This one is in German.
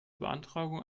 beantragung